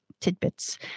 tidbits